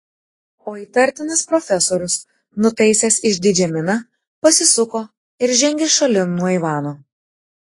o įtartinas profesorius nutaisęs išdidžią miną pasisuko ir žengė šalin nuo ivano